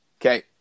okay